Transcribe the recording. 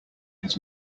his